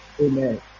Amen